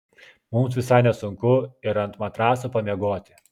mums visai nesunku ir ant matraso pamiegoti